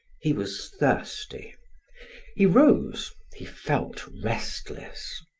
he was thirsty he rose, he felt restless.